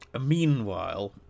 Meanwhile